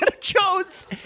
Jones